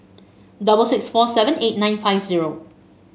double six four seven eight nine five zero